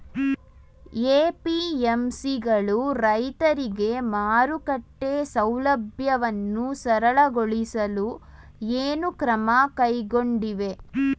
APMC ಗಳು ರೈತರಿಗೆ ಮಾರುಕಟ್ಟೆ ಸೌಲಭ್ಯವನ್ನು ಸರಳಗೊಳಿಸಲು ಏನು ಕ್ರಮ ಕೈಗೊಂಡಿವೆ?